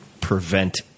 prevent